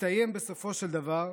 תסתיים בסופו של דבר,